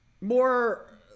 more